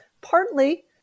partly